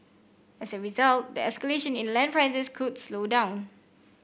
as a result the escalation in land prices could slow down